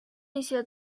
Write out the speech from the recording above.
一些